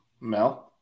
Mel